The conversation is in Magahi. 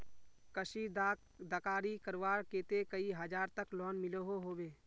कशीदाकारी करवार केते कई हजार तक लोन मिलोहो होबे?